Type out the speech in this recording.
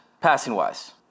passing-wise